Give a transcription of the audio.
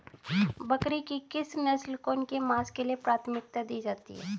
बकरी की किस नस्ल को इसके मांस के लिए प्राथमिकता दी जाती है?